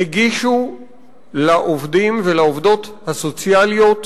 הגישו לעובדים ולעובדות הסוציאליות